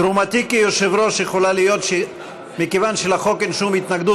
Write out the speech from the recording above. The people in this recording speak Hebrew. תרומתי כיושב-ראש יכולה להיות: מכיוון שלחוק אין שום התנגדות,